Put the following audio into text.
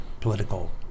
political